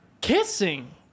kissing